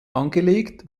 angelegt